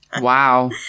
Wow